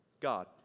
God